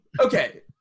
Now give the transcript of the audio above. Okay